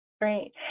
Great